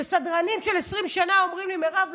שסדרנים של 20 שנה אומרים לי: מירב,